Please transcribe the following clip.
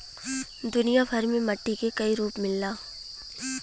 दुनिया भर में मट्टी के कई रूप मिलला